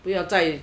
不要在